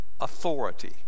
authority